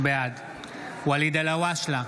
בעד ואליד אלהואשלה,